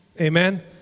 Amen